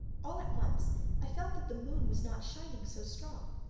all at once i felt that the moon was not shining so strong.